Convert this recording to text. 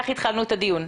כך התחלנו את הדיון.